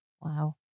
Wow